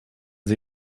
sie